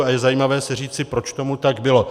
A je zajímavé si říci, proč tomu tak bylo.